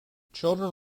children